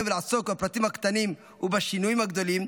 ולעסוק בפרטים הקטנים ובשינויים הגדולים,